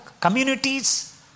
communities